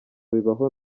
bibaho